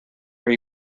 are